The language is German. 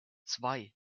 zwei